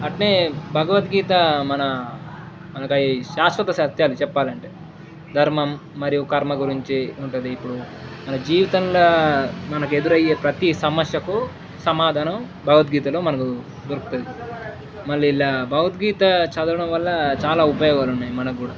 అలానే భగవద్గీత మన మనకై శాశ్వత సత్యాలు చెప్పాలంటే ధర్మం మరియు కర్మ గురించి ఉంటుంది ఇప్పుడు మన జీవితంలో మనకు ఎదురయ్యే ప్రతి సమస్యకు సమాధానం భగవద్గీతలో మనకు దొరుకుతుంది మళ్ళీ ఇలా భగవద్గీత చదవడం వల్ల చాలా ఉపయోగాలున్నాయి మనక్కూడా